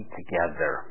together